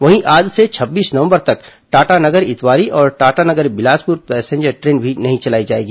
वहीं आज से छब्बीस नवंबर तक टाटानगर इतवारी और टाटानगर बिलासपुर पैसेंजर ट्रेन भी नहीं चलाई जाएगी